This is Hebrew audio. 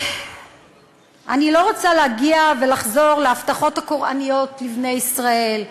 אני לא רוצה להגיע ולחזור להבטחות הקוראניות לבני ישראל,